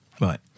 Right